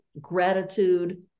gratitude